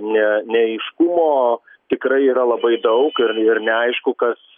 ne neaiškumo tikrai yra labai daug ir ir neaišku kas